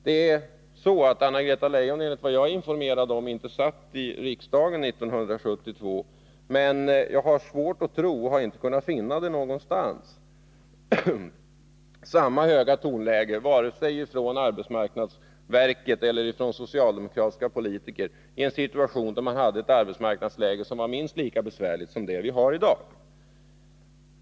Anna-Greta Leijon satt, enligt vad jag är informerad om, inte i riksdagen 1972, men jag har inte kunnat finna samma höga tonläge någonstans, vare sig från arbetsmarknadsverket eller från socialdemokratiska politiker, i en situation där man hade ett arbetsmarknadsläge som var minst lika besvärligt som det vi har i dag.